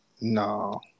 No